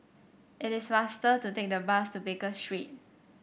it is faster to take the bus to Baker Street